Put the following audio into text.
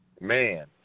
man